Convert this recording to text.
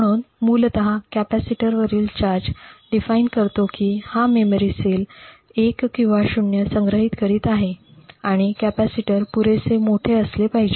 म्हणून मूलत कपॅसिटर वरील चार्ज डिफाइन करतो की हा मेमरी सेल '1' किंवा '0' संग्रहित करीत आहे आणि कॅपेसिटर पुरेसे मोठे असले पाहिजे